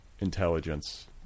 intelligence